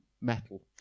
metal